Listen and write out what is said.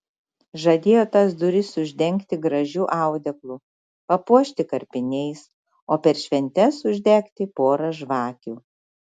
žadėjo tas duris uždengti gražiu audeklu papuošti karpiniais o per šventes uždegti porą žvakių